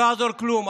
לא יעזור כלום,